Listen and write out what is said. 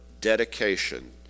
dedication